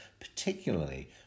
particularly